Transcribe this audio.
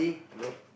nope